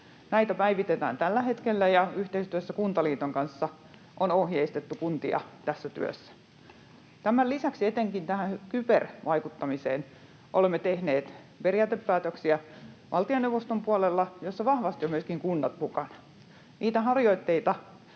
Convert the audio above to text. Näitä päivitetään tällä hetkellä, ja yhteistyössä Kuntaliiton kanssa on ohjeistettu kuntia tässä työssä. Tämän lisäksi etenkin tähän kybervaikuttamiseen olemme valtioneuvoston puolella tehneet periaatepäätöksiä, joissa vahvasti ovat myöskin kunnat mukana. Niitä harjoitteita,